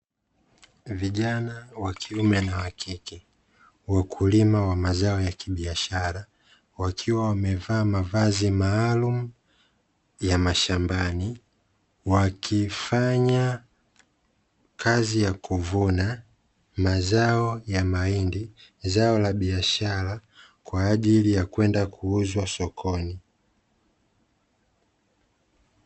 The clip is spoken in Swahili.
Vijana wa kiume na wa kike, wakulima wa mazao ya kibiashara, wakiwa wamevaa mavazi maalumu ya mashambani. Wakifanya kazi ya kuvuna mazao ya mahindi, zao la biashara kwa ajili ya kwenda kuuzwa sokoni.